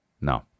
no